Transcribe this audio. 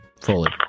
fully